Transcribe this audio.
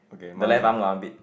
the left arm got armpit